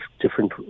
different